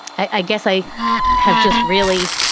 i guess i have just really.